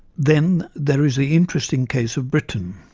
then there is the interesting case of britain.